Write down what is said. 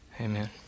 Amen